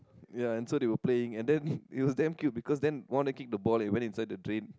ya and so they were playing and then it was damn cute because then one of them kicked the ball and it went inside the drain